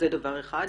זה דבר אחד.